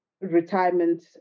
retirement